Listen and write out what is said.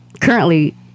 currently